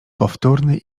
powtórny